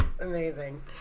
amazing